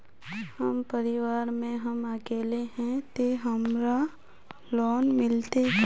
हम परिवार में हम अकेले है ते हमरा लोन मिलते?